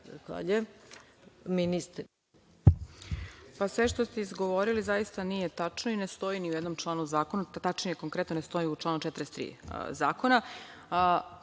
Sve što ste izgovorili zaista nije tačno i ne stoji ni u jednom članu zakona. Konkretno ne stoji u članu 43. zakona. Kada